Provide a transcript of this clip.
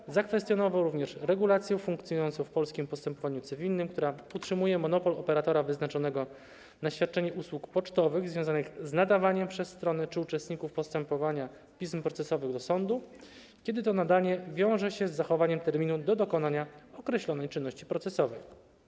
TSUE zakwestionował również regulację funkcjonującą w polskim postępowaniu cywilnym, która utrzymuje monopol operatora wyznaczonego na świadczenie usług pocztowych związanych z nadawaniem przez strony czy uczestników postępowania pism procesowych do sądu, kiedy to nadanie wiąże się z zachowaniem terminu do dokonania określonej czynności procesowej.